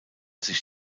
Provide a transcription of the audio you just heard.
sich